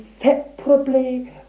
inseparably